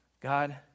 God